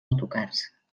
autocars